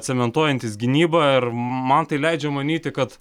cementuojantis gynybą ir man tai leidžia manyti kad